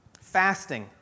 Fasting